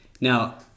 now